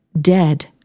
dead